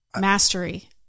mastery